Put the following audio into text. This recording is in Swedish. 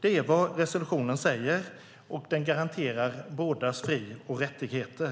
Det är vad resolutionen säger, och den garanterar bådas fri och rättigheter.